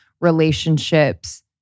relationships